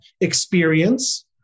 experience